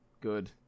Good